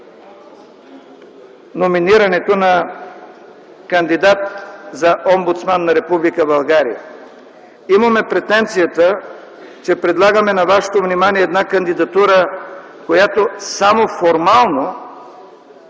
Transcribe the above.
номинирането на кандидат за омбудсман на Република България. Имаме претенцията, че предлагаме на вашето внимание една кандидатура, която само формално